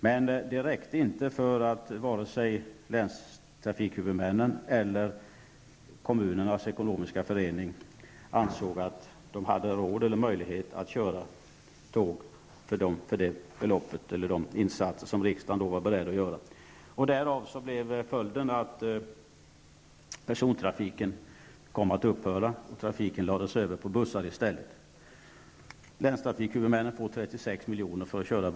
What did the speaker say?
Men det här räckte inte för att länstrafikhuvudmännen eller kommunernas ekonomiska förening skulle anse att de hade råd eller möjlighet att köra tåg för det belopp och med de insatser som riksdagen var beredd till. Följden blev att persontrafiken upphörde, och trafiken lades över på bussar. september.